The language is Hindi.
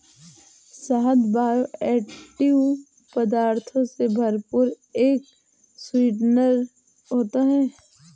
शहद बायोएक्टिव पदार्थों से भरपूर एक स्वीटनर होता है